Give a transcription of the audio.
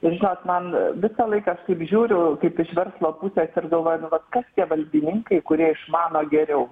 ir žinot man visą laiką kaip žiūriu kaip iš verslo pusės ir vat galvoju kas tie valdininkai kurie išmano geriau